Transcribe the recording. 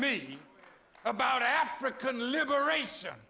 me about african liberation